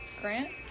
Grant